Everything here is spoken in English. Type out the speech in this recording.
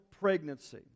pregnancy